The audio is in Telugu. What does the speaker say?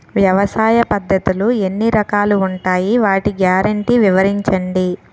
వ్యవసాయ పద్ధతులు ఎన్ని రకాలు ఉంటాయి? వాటి గ్యారంటీ వివరించండి?